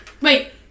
Wait